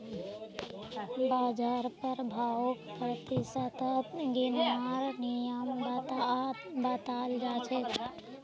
बाजार प्रभाउक प्रतिशतत गिनवार नियम बताल जा छेक